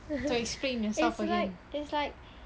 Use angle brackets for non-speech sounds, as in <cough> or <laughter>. <laughs> it's like it's like